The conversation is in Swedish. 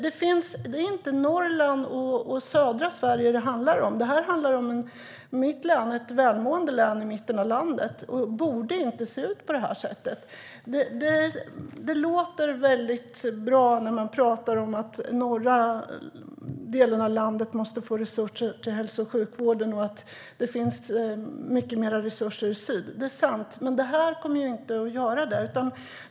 Det är inte Norrland och södra Sverige det handlar om. Mitt län är ett välmående län i mitten av landet och borde inte se ut på det här sättet. Det låter väldigt bra när man pratar om att norra delen av landet måste få resurser till hälso och sjukvården och att det finns mycket mer resurser i syd. Det är sant, men det här kommer inte att åstadkomma det.